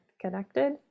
connected